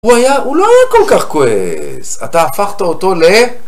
הוא לא היה כל כך כועס, אתה הפכת אותו ל...